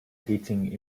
hitting